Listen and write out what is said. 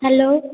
hello